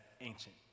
ancient